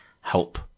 help